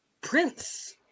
prince